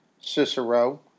Cicero